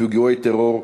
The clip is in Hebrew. ופיגועי טרור,